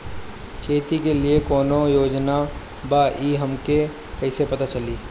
खेती के लिए कौने योजना बा ई हमके कईसे पता चली?